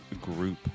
Group